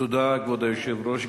כבוד היושב-ראש,